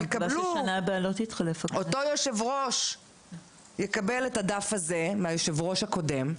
אותו יושב-ראש יקבל את הדף הזה מיושב-הראש הקודם,